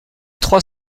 trois